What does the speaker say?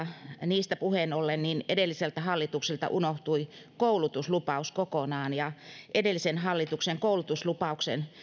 ja niistä puheen ollen edelliseltä hallitukselta unohtui koulutuslupaus kokonaan edellisen hallituksen koulutuslupauksen